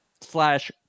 slash